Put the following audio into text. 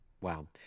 Wow